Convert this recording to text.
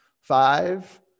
Five